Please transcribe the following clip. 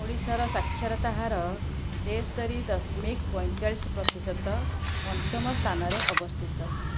ଓଡିଶାର ସ୍ଵାକ୍ଷରତା ହାର ତେସ୍ତୋରି ଦଶମିକ ପଇଁଚାଲିଶ ପ୍ରତିଶତ ପଞ୍ଚମ ସ୍ଥାନରେ ଅବସ୍ଥିତ